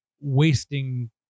wasting